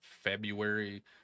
February